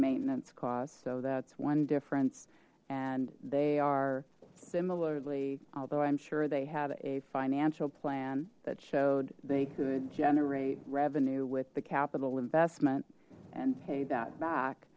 maintenance costs so that's one difference and they are similarly although i'm sure they had a financial plan that showed they could generate revenue with the capital investment and pay that back